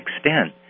extent